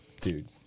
Dude